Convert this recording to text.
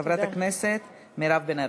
גברתי, חברת הכנסת מירב בן ארי.